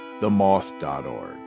themoth.org